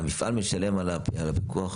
המפעל משלם על הפיקוח,